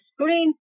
screen